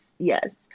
Yes